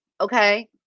okay